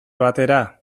batera